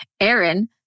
Aaron